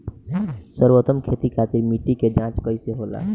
सर्वोत्तम खेती खातिर मिट्टी के जाँच कइसे होला?